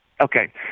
Okay